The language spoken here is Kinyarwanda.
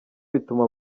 bituma